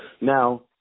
Now